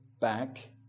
back